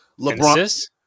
LeBron